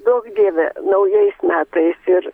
duok dieve naujais metai ir